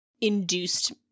induced